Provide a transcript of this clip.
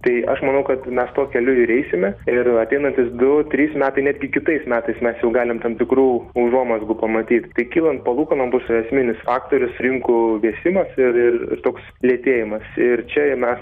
tai aš manau kad mes tuo keliu ir eisime ir ateinantys du trys metai netgi kitais metais mes jau galim tam tikrų užuomazgų pamatyt tai kylant palūkanom bus esminis faktorius rinkų vėsimas ir ir ir toks lėtėjimas ir čia mes